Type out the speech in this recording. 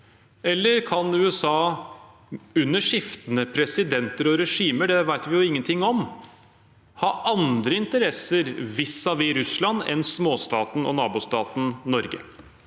eller kan USA under skiftende presidenter og regimer – det vet vi jo ingenting om – ha andre interesser vis-à-vis Russland enn småstaten og nabostaten Norge?